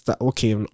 okay